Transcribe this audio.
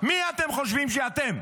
מי אתם חושבים שאתם?